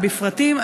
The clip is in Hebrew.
בפרטים.